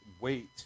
wait